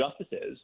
justices